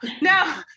no